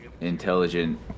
intelligent